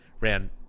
ran